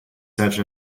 such